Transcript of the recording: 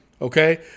okay